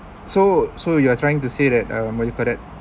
so so you are trying to say that um what you call that